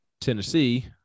Tennessee